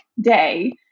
day